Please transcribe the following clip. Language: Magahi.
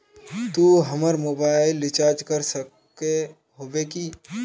तू हमर मोबाईल रिचार्ज कर सके होबे की?